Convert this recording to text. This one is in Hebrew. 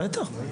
בטח.